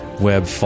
web